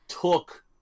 took